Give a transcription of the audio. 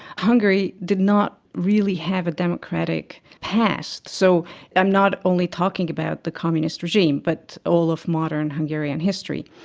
hungary did not really have a democratic past. so i'm not only talking about the communist regime but all of modern hungarian history.